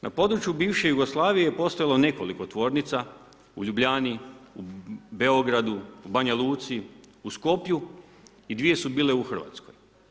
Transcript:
Na području bivše Jugoslavije postojalo je nekoliko tvornica, u Ljubljani, Beogradu, Banja Luci, u Skopju i dvije su bile u Hrvatskoj.